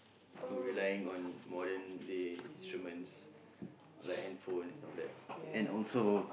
so relying on modern day instruments like handphone and all that and also